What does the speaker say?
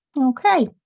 Okay